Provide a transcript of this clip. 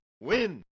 win